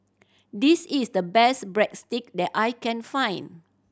this is the best Breadstick that I can find